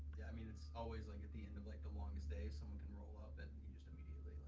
yeah, i mean it's always like at the end of like the longest days, someone can roll up, and you just immediately